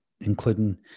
including